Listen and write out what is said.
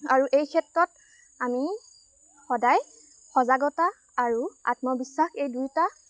আৰু এই ক্ষেত্ৰত আমি সদায় সজাগতা আৰু আত্মবিশ্বাস এই দুয়োটা